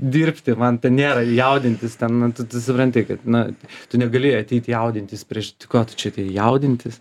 dirbti man ten nėra jaudintis ten nu tu supranti kad na tu negali ateiti jaudintis prieš ko tu čia atėjai jaudintis